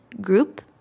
group